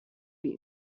wie